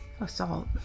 assault